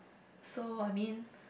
so I mean